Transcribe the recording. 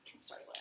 Sorry